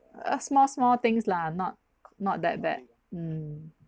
err small small things lah not not that bad mm